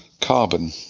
carbon